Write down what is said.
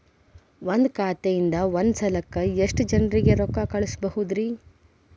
ಒಂದ್ ಖಾತೆಯಿಂದ, ಒಂದ್ ಸಲಕ್ಕ ಎಷ್ಟ ಜನರಿಗೆ ರೊಕ್ಕ ಕಳಸಬಹುದ್ರಿ?